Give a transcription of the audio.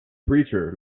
preacher